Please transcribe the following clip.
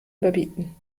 überbieten